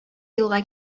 елга